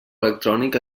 electrònic